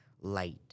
light